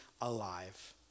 alive